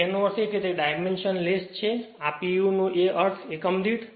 તેનો અર્થ એ છે તે ડાઇમેન્શન લેસ આ p u નો અર્થ એકમ દીઠ